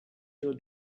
your